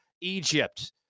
Egypt